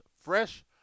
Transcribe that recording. fresh